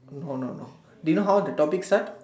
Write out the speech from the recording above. no no no do you know the topic start